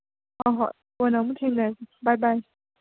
ꯍꯣꯏ ꯍꯣꯏ ꯀꯣꯟꯅ ꯑꯃꯨꯛ ꯊꯦꯡꯅꯔꯁꯤ ꯕꯥꯏ ꯕꯥꯏ